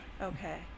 Okay